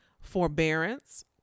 forbearance